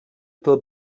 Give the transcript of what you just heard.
del